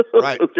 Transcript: right